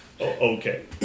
Okay